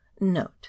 note